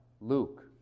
Luke